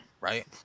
right